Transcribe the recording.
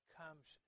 comes